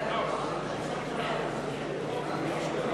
נגד,